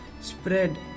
spread